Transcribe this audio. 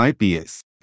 IPS